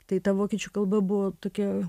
tai ta vokiečių kalba buvo tokia